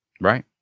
Right